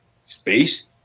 Space